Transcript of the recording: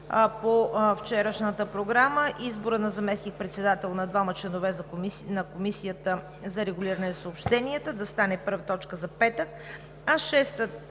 по вчерашната програма изборът на заместник-председател и на двама членове на Комисията за регулиране на съобщенията – да стане първа точка за петък, а шеста